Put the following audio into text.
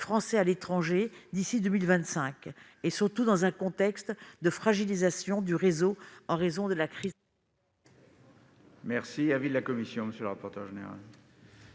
français à l'étranger d'ici à 2025, surtout dans un contexte de fragilisation du réseau en raison de la crise.